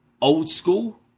old-school